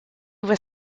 was